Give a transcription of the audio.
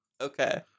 Okay